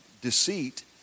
deceit